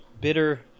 bitter